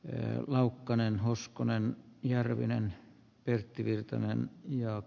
eila ukkonen hoskonen järvinen pertti virtanen ja